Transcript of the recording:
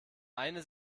eine